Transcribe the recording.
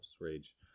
rage